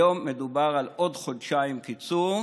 היום מדובר על עוד חודשיים קיצור.